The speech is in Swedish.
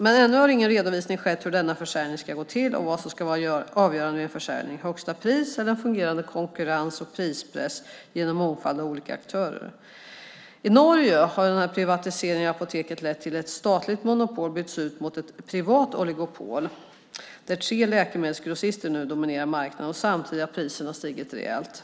Men ännu har ingen redovisning skett av hur denna försäljning ska gå till och vad som ska vara avgörande vid försäljning, det vill säga högsta pris eller fungerande konkurrens och prispress genom en mångfald av olika aktörer. I Norge har privatiseringen av apoteken lett till att ett statligt monopol har bytts ut mot ett privat oligopol där tre läkemedelsgrossister nu dominerar marknaden. Samtidigt har priserna stigit rejält.